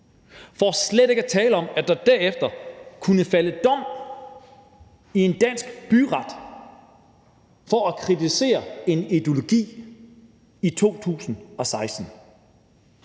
for slet ikke at tale om det, at der derefter kunne falde dom ved en dansk byret for at kritisere en ideologi i 2016.